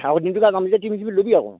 আৰু দিনটো যাম টিফিন চিফিন ল'বা আকৌ